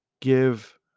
give